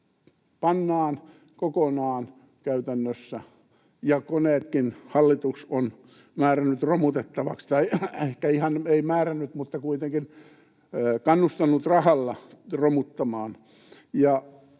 kokonaan pannaan, ja koneetkin hallitus on määrännyt romutettavaksi — tai ehkä ei nyt ihan määrännyt, mutta kuitenkin kannustanut rahalla romuttamaan.